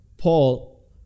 Paul